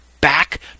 back